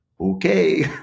Okay